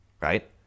right